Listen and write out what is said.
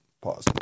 pause